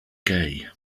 gay